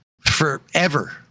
forever